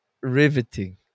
riveting